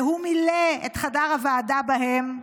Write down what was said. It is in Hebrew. שהוא מילא את חדר הוועדה בהם,